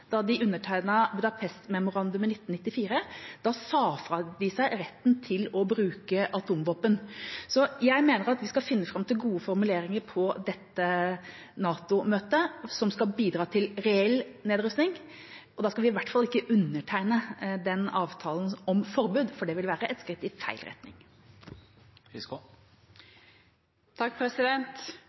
i 1994, sa de fra seg retten til å bruke atomvåpen. Så jeg mener at vi skal finne fram til gode formuleringer på dette NATO-møtet som skal bidra til reell nedrustning, og da skal vi i hvert fall ikke undertegne den avtalen om forbud, for det ville være et skritt i feil retning.